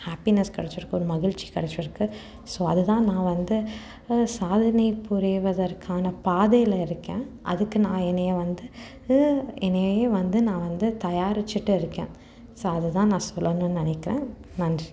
happiness கிடச்சிருக்கு ஒரு மகிழ்ச்சி கிடச்சிருக்கு ஸோ அது தான் நான் வந்து சாதனை புரிவதற்கான பாதையில் இருக்கேன் அதுக்கு நான் என்னையை வந்து என்னையையே வந்து நான் வந்து தயாரிச்சுட்டு இருக்கேன் ஸோ அது தான் நான் சொல்லணும்னு நினைக்கிறேன் நன்றி